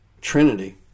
trinity